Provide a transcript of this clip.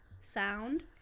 sound